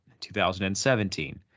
2017